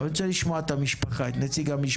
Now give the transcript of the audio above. אבל אני רוצה לשמוע את המשפחה, את נציג המשפחה.